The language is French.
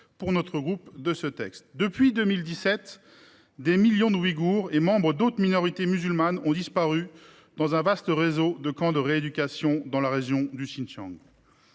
proposition de résolution. Depuis 2017, des millions d'Ouïghours et membres d'autres minorités musulmanes ont disparu dans un vaste réseau de camps de rééducation dans la région du Xinjiang.